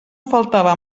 faltava